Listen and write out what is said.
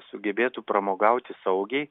sugebėtų pramogauti saugiai